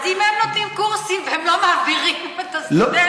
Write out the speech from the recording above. אז אם הם נותנים קורסים והם לא מעבירים את הסטודנטים,